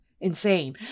insane